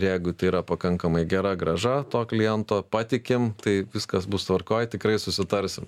jeigu tai yra pakankamai gera grąža to kliento patikim tai viskas bus tvarkoj tikrai susitarsim